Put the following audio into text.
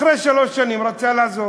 אחרי שלוש שנים הוא רצה לעזוב.